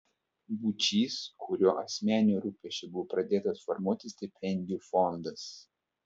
būčys kurio asmeniniu rūpesčiu buvo pradėtas formuoti stipendijų fondas